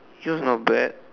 he was not bad